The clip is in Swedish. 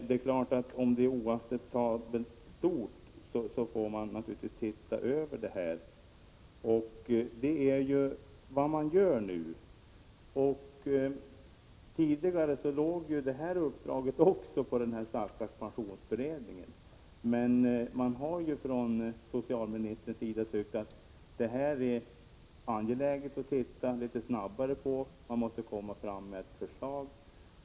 Om skillnaderna är oacceptabelt stora måste frågan ses över. Det är vad som sker nu. Tidigare låg även detta uppdrag på pensionsberedningen, men socialministern har tyckt att denna fråga måste lösas snabbare och att ett förslag måste fram.